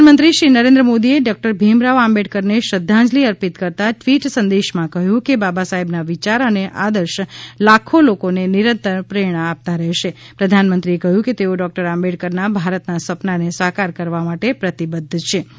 પ્રધાનમંત્રી શ્રી નરેન્દ્ર મોદીએ ડૉક્ટર ભીમરાવ આંબઠકરન શ્રધ્ધાંજલી અર્પિત કરતા ટ્વીટ સંદેશામાં કહ્યું છ કે બાબા સાહેબના વિચાર અન આદર્શ લાખો લોકોન નિરંતર પ્રશ્નણા આપતા રહેશશ પ્રધાનમંત્રીએ કહ્યું કે અમશ ડૉક્ટર આંબઠકરના ભારતના સપનાન સાકાર કરવા માટે પ્રતિબધ્ધ છીએ